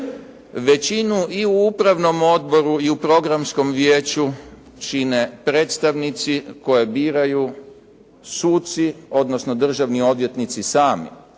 Većinu i u upravnom odboru i programskom vijeću čine predstavnici koje biraju suci odnosno državni odvjetnici sami.